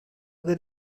could